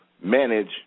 manage